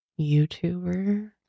YouTuber